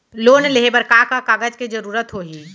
Loan लेहे बर का का कागज के जरूरत होही?